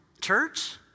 Church